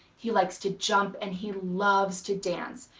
he likes to jump and he loves to dance,